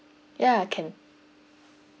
yeah can